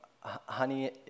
Honey